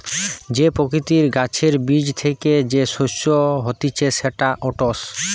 যে প্রকৃতির গাছের বীজ থ্যাকে যে শস্য হতিছে সেটা ওটস